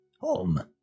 home